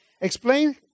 Explain